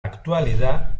actualidad